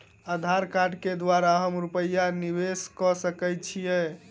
आधार कार्ड केँ द्वारा हम रूपया निवेश कऽ सकैत छीयै?